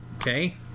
Okay